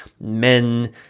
men